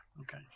Okay